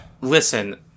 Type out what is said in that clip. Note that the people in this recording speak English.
Listen